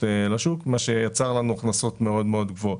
מה שיצר לנו הכנסות מאוד מאוד גבוהות.